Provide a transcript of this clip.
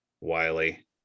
wiley